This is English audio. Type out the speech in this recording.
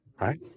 right